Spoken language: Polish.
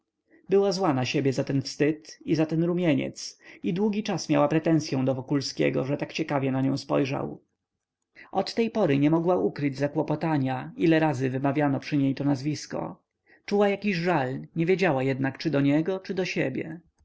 była zła na siebie za ten wstyd i za ten rumieniec i długi czas miała pretensyą do wokulskiego że tak ciekawie na nią spojrzał od tej pory nie mogła ukryć zakłopotania ile razy wymawiano przy niej to nazwisko czuła jakiś żal nie wiedziała jednak czy do niego czy do siebie